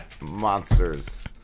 monsters